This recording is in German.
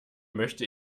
möchte